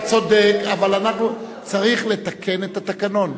אתה צודק, אבל צריך לתקן את התקנון.